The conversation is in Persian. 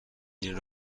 این